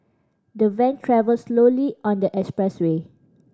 the van travelled slowly on the expressway